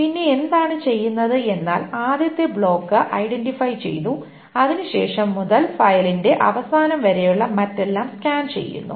പിന്നെ എന്താണ് ചെയ്യുന്നത് എന്നാൽ ആദ്യത്തെ ബ്ലോക്ക് ഐഡന്റിഫൈ ചെയ്തു അതിനുശേഷം മുതൽ ഫയലിന്റെ അവസാനം വരെയുള്ള മറ്റെല്ലാം സ്കാൻ ചെയ്യുന്നു